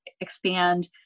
expand